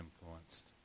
influenced